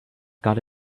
got